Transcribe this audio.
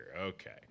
okay